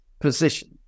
position